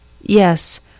Yes